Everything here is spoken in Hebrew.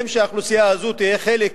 שהאוכלוסייה הזו תהיה חלק